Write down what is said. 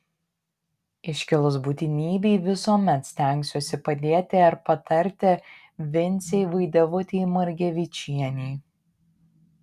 iškilus būtinybei visuomet stengsiuosi padėti ar patarti vincei vaidevutei margevičienei